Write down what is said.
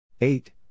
Eight